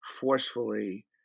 forcefully